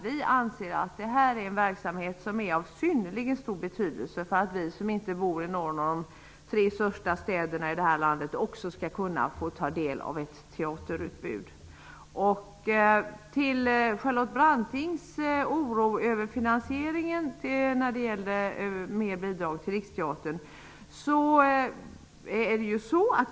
Vi anser att det är en verksamhet som är av synnerligen stor betydelse för att vi som inte bor i någon av de tre största städerna i detta land också skall kunna få ta del av ett teaterutbud. Charlotte Branting är orolig över finansieringen av mer bidrag till Riksteatern.